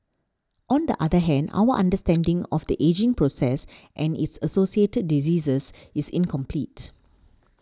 on the other hand our understanding of the ageing process and its associated diseases is incomplete